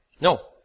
No